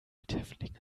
mithäftling